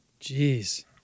Jeez